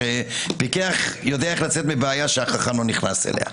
פיקח יודע לצאת מהבעיה שחכם לא היה נכנס לזה.